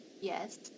yes